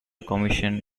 commission